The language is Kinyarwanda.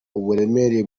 uburemere